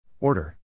Order